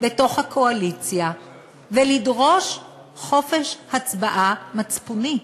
בתוך הקואליציה ולדרוש חופש הצבעה מצפוני.